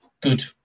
good